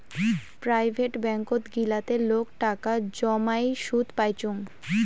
private ব্যাঙ্কত গিলাতে লোক টাকা জমাই সুদ পাইচুঙ